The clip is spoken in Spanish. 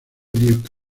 duke